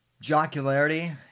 jocularity